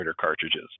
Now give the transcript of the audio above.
cartridges